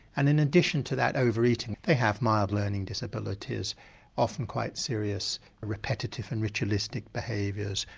and in addition to that over-eating they have mild learning disabilities often quite serious repetitive and ritualistic behaviours.